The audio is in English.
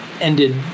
ended